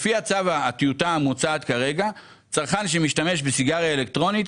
לפי הטיוטה המוצעת כרגע צרכן שמשתמש בסיגריה אלקטרונית,